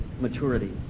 maturity